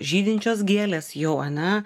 žydinčios gėlės jau ane